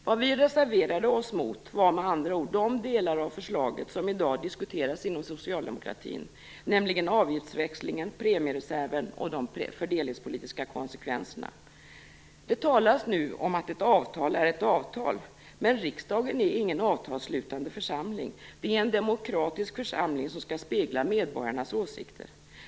Vad vi reserverade oss mot var med andra ord de delar av förslaget som i dag diskuteras inom socialdemokratin, nämligen avgiftsväxlingen, premiereserven och de fördelningspolitiska konsekvenserna. Det talas nu om att ett avtal är ett avtal. Men riksdagen är ingen avtalsslutande församling. Den är en demokratisk församling som skall spegla medborgarnas åsikter.